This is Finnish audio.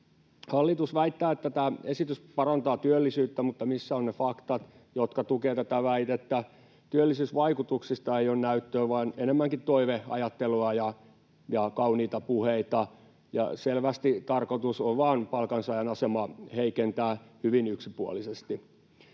Hallitus väittää, että tämä esitys parantaa työllisyyttä, mutta missä ovat ne faktat, jotka tukevat tätä väitettä? Työllisyysvaikutuksista ei ole näyttöä vaan enemmänkin toiveajattelua ja kauniita puheita, ja selvästi tarkoitus on vain palkansaajan asemaa heikentää hyvin yksipuolisesti.